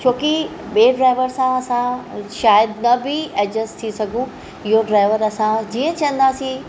छोकी ॿिए ड्राइवर सां असां शायदि न बि एडजस्ट थी सघूं इहो ड्राइवर असां जीअं चहींदासीं